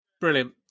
Brilliant